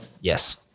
Yes